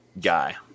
guy